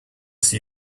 see